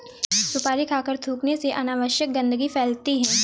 सुपारी खाकर थूखने से अनावश्यक गंदगी फैलती है